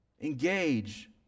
engage